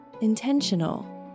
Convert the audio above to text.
intentional